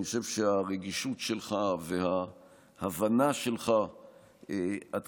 אני חושב שהרגישות שלך וההבנה שלך עד